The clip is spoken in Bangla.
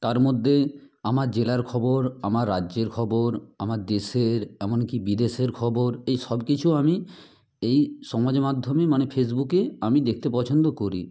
তার মধ্যে আমার জেলার খবর আমার রাজ্যের খবর আমার দেশের এমনকি বিদেশের খবর এই সবকিছু আমি এই সমাজ মাধ্যমে মানে ফেসবুকে আমি দেখতে পছন্দ করি